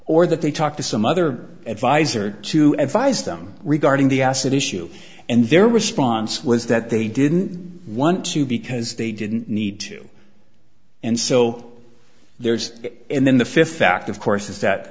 or that they talked to some other advisor to advise them regarding the asset issue and their response was that they didn't want to because they didn't need to and so there's and then the fifth fact of course is that